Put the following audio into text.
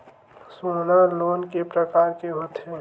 सोना लोन के प्रकार के होथे?